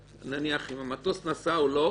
נניח אם המטוס נסע או לא.